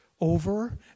over